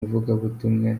umuvugabutumwa